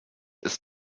ist